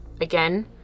again